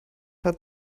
hat